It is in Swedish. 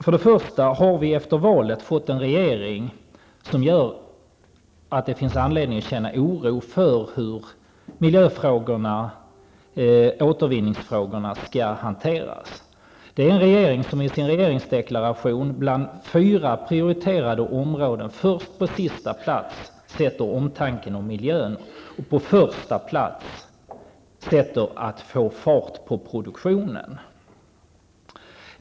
Vi har efter valet fått en regering som innebär att det finns anledning att känna oro för hur miljöfrågorna -- och återvinningsfrågorna -- skall hanteras. Det är en regering som i sin regeringsdeklaration bland fyra prioriterade områden sätter omtanken om miljön på sista plats, och på första plats att vi skall få fart på produktionen.